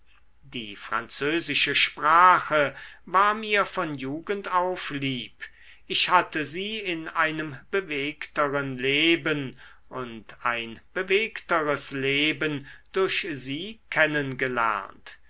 die französische sprache war mir von jugend auf lieb ich hatte sie in einem bewegteren leben und ein bewegteres leben durch sie